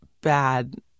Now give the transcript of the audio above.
bad